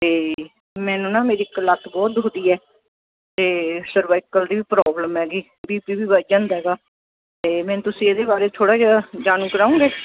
ਅਤੇ ਮੈਨੂੰ ਨਾ ਮੇਰੀ ਇੱਕ ਲੱਤ ਬਹੁਤ ਦੁਖਦੀ ਹੈ ਅਤੇ ਸਰਵਾਈਕਲ ਦੀ ਪ੍ਰੋਬਲਮ ਹੈਗੀ ਬੀਪੀ ਵੀ ਵੱਧ ਜਾਂਦਾ ਹੈਗਾ ਅਤੇ ਮੈਨੂੰ ਤੁਸੀਂ ਇਹਦੇ ਬਾਰੇ ਥੋੜ੍ਹਾ ਜਿਹਾ ਜਾਣੂ ਕਰਾਉਗੇ